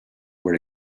were